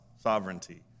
sovereignty